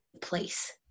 place